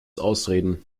ausreden